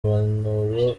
impanuro